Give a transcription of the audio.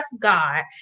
God